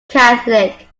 catholic